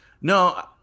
No